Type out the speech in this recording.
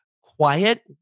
quiet